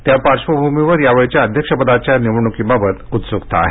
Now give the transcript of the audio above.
त्या पार्श्वभूमीवर यावेळच्या अध्यक्षपदाच्या निवडणुकीबाबत उत्सुकता आहे